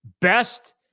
Best